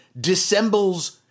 dissembles